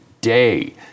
day